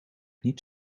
niet